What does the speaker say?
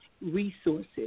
resources